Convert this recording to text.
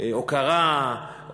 הוקרה,